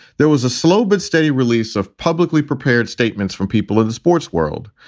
there was a slow but steady release of publicly prepared statements from people in the sports world.